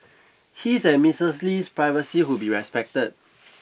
his and Missus Lee's privacy would be respected